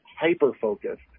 hyper-focused